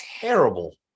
terrible